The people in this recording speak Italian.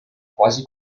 quasi